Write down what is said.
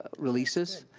ah releases.